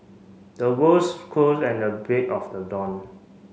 the crows and the break of the dawn